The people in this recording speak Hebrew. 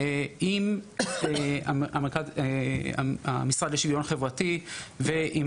עם המשרד לשוויון חברתי ועם